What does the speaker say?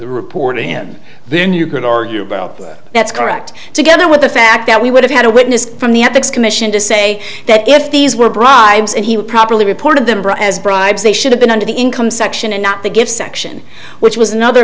argue that's correct together with the fact that we would have had a witness from the ethics commission to say that if these were bribes and he was properly report of them as bribes they should have been under the income section and not the gifts section which was another